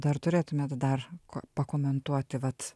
dar turėtumėt dar ko pakomentuoti vat